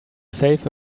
save